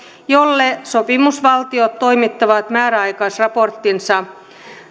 jolle sopimusvaltiot toimittavat määräaikaisraporttinsa